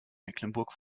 mecklenburg